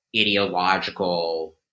ideological